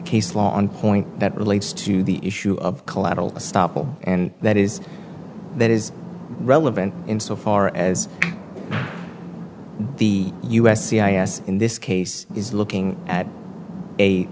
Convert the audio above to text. case law on point that relates to the issue of collateral estoppel and that is that is relevant in so far as the u s c i s in this case is looking at a